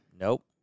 Nope